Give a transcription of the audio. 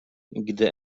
gdy